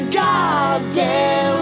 goddamn